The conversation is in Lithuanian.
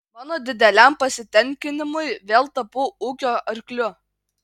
mano dideliam pasitenkinimui vėl tapau ūkio arkliu